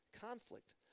conflict